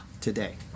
today